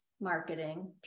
marketing